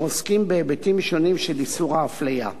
עוסקים בהיבטים שונים של איסור ההפליה.